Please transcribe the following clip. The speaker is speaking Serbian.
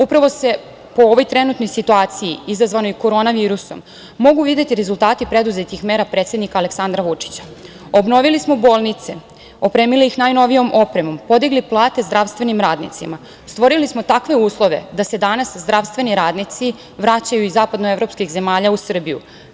Upravo se po ovoj trenutnoj situaciji izazvanoj korona virusom mogu videti rezultati preduzetih mera predsednika Aleksandra Vučića – obnovili smo bolnice, opremili ih najnovijom opremom, podigli plate zdravstvenim radnicima, stvorili smo takve uslove da se danas zdravstveni radnici vraćaju iz zapadnoevropskih zemalja u Srbiju.